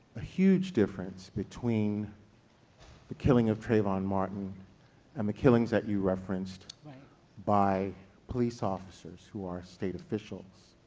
a huge difference between the killing of trayvon martin and the killings that you referenced by police officers who are state officials,